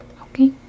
okay